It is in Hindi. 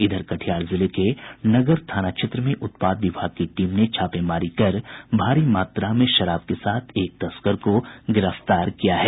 इधर कटिहार जिले के नगर थाना क्षेत्र में उत्पाद विभाग की टीम ने छापेमारी कर भारी मात्रा में शराब के साथ एक तस्कर को गिरफ्तार किया है